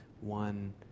one